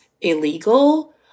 illegal